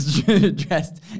dressed